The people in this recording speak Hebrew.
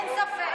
אין ספק.